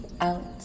out